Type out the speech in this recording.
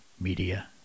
Media